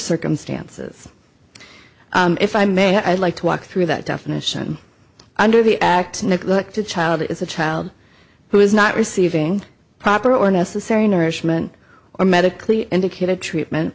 circumstances if i may i'd like to walk through that definition under the act neglected child is a child who is not receiving proper or necessary nourishment or medically indicated treatment